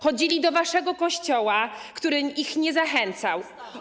Chodzili do waszego kościoła, który ich nie zachęcał.